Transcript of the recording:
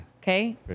Okay